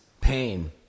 pain